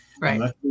right